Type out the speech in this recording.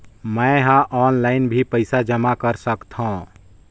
मैं ह ऑनलाइन भी पइसा जमा कर सकथौं?